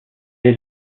est